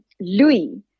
Louis